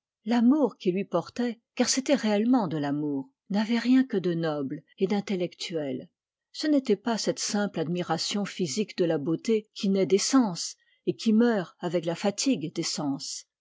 l'amour qu'il lui portait car c'était réellement de l'amour n'avait rien que de noble et d'intellectuel ce n'était pas cette simple admiration physique de la beauté qui naît des sens et qui meurt avec la fatigue